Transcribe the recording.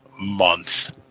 months